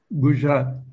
Gujarat